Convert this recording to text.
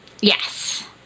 Yes